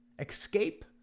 Escape